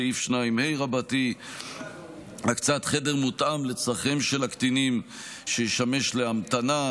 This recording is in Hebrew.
סעיף 2ה הקצאת חדר מותאם לצורכיהם של הקטינים שישמש להמתנה,